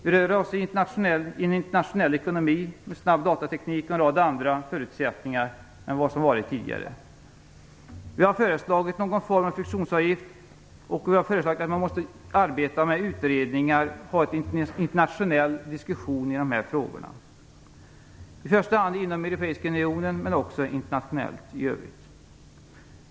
Vi rör oss i en internationaliserad ekonomi med snabb datateknik och en rad andra förutsättningar än tidigare. Vi har föreslagit någon form av friktionsavgift. Vi har också föreslagit att man måste arbeta med utredningar och föra en internationell diskussion i dessa frågor - i första hand inom Europeiska union men också internationellt i övrigt.